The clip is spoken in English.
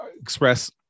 express